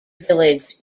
village